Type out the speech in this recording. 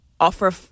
offer